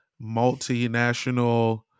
multinational